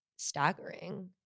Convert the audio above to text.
staggering